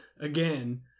again